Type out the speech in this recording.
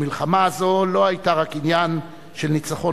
המלחמה הזאת לא היתה רק עניין של ניצחון